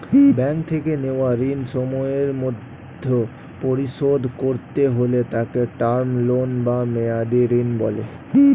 bank থেকে নেওয়া ঋণ সময়ের মধ্যে পরিশোধ করতে হলে তাকে টার্ম লোন বা মেয়াদী ঋণ বলে